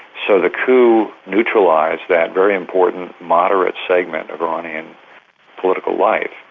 so the coup neutralised that very important, moderate segment of iranian political life.